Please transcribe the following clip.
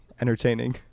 entertaining